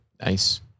nice